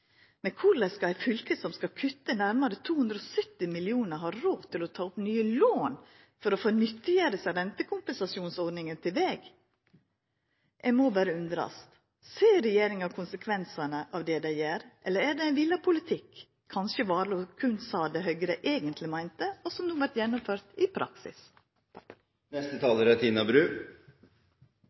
men korleis skal eit fylke som skal kutta nærmare 270 mill. kr, ha råd til å ta opp nye lån for å få nyttiggjera seg rentekompensasjonsordninga til veg? Ein må berre undrast. Ser regjeringa konsekvensane av det dei gjer, eller er det ein villa politikk? Kanskje Warloe berre sa det Høgre eigentleg meinte, og som no vert gjennomført i praksis.